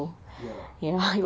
ya